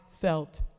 felt